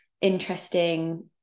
interesting